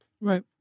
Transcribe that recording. right